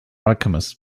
alchemists